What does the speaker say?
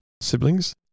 siblings